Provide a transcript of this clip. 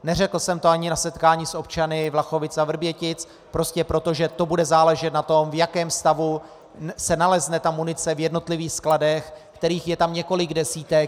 Neřekl jsem to ani na setkání s občany Vlachovic a Vrbětic prostě proto, že to bude záležet na tom, v jakém stavu se nalezne munice v jednotlivých skladech, kterých je tam několik desítek.